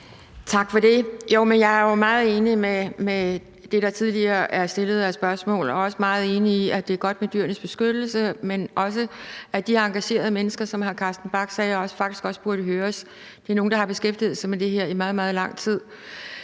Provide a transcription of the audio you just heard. Tak for det. Jeg er jo meget enig i det, der tidligere er blevet stillet af spørgsmål, og jeg også meget enig i, at det er godt med Dyrenes Beskyttelse, men jeg synes også, at de engagerede mennesker, som hr. Carsten Bach sagde, faktisk også burde høres. Det er nogle, der har beskæftiget sig med det her i meget, meget lang tid.